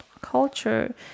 Culture